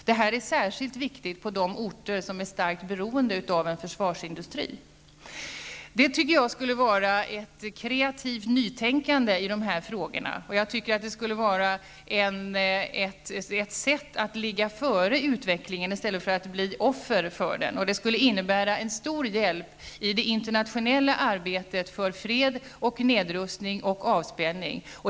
Det här är särskilt viktigt på de orter som är starkt beroende av en försvarsindustri. Detta skulle vara ett kreativt nytänkande i dessa frågor. Jag tycker att det skulle vara ett sätt att ligga före utvecklingen i stället för att bli offer för den. Det skulle innebära en stor hjälp i det internationella arbetet för fred, nedrustning och avspänning.